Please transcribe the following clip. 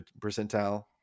percentile